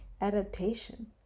adaptation